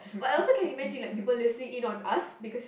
but I also can imagine like people listening in on us because